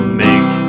make